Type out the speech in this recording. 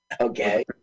Okay